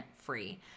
free